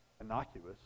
innocuous